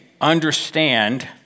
understand